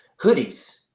hoodies